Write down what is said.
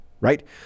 right